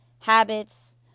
habits